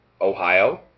Ohio